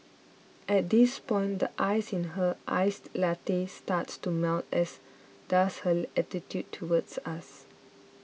at this point the ice in her iced latte starts to melt as does her attitude towards us